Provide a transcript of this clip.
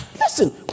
Listen